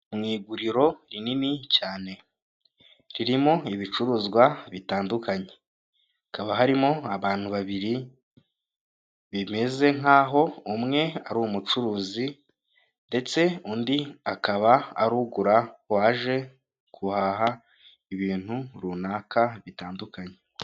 Mu iguriro rinini cyane ririmo ibicuruzwa bitandukanye, hakaba harimo abantu babiri bimeze nk'aho umwe ari umucuruzi ndetse undi akaba ari ugura waje guhaha ibintu runaka bitandukanye.